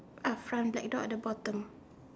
uh front black door at the bottom